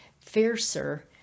fiercer